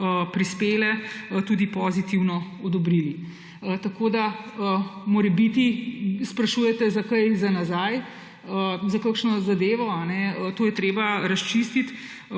prispele, tudi pozitivno odobrili. Morebiti sprašujete kaj za nazaj, za kakšno zadevo, to je treba razčistiti.